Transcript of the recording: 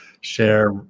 share